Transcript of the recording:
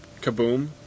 kaboom